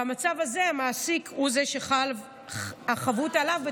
ובמצב הזה המעסיק הוא שהחבות עליו.